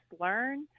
learn